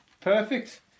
perfect